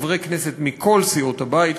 חברי כנסת מכל סיעות הבית,